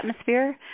atmosphere